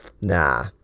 nah